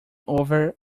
over